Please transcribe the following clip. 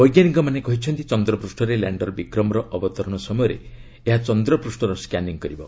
ବୈଜ୍ଞାନିକମାନେ କହିଛନ୍ତି ଚନ୍ଦ୍ରପୃଷ୍ଠରେ ଲ୍ୟାଣ୍ଡର ବିକ୍ରମର ଅବତରଣ ସମୟରେ ଏହା ଚନ୍ଦ୍ରପୂଷ୍ଠର ସ୍କାନିଂ କରିବ